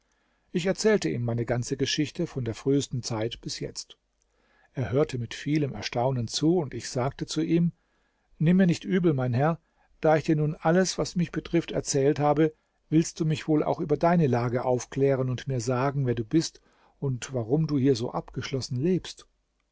ich erzählte ihm meine ganze geschichte von der frühesten zeit bis jetzt er hörte mit vielem erstaunen zu und ich sagte zu ihm nimm mir nicht übel mein herr da ich dir nun alles was mich betrifft erzählt habe willst du mich wohl auch über deine lage aufklären und mir sagen wer du bist und warum du hier so abgeschlossen lebst